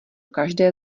každé